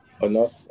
enough